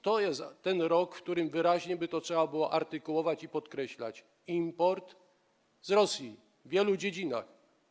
To jest ten rok, w którym wyraźnie trzeba by było to artykułować i podkreślać: import z Rosji w wielu dziedzinach.